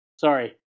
sorry